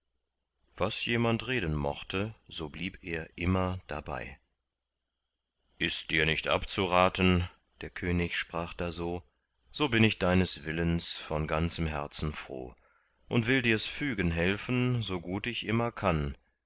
was jemand reden mochte so blieb er immer dabei ist dir nicht abzuraten der könig sprach da so so bin ich deines willens von ganzem herzen froh und will dirs fügen helfen so gut ich immer kann